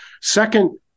second